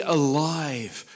alive